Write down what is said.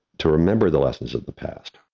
to remember the lessons of the past,